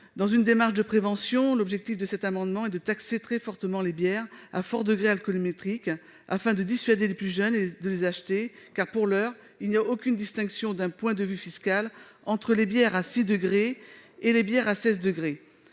Dans une démarche de prévention, l'objet de cet amendement est de taxer très fortement les bières à fort degré alcoométrique, afin de dissuader les plus jeunes de les acheter. Pour l'heure, en effet, il n'y a aucune distinction d'un point de vue fiscal entre les bières à six degrés et les bières à seize degrés.